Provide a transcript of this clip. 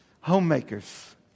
Homemakers